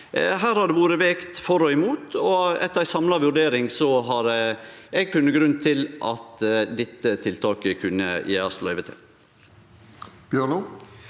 Det har vore vege for og imot, og etter ei samla vurdering har eg funne grunn til at dette tiltaket kunne det gjevast løyve til.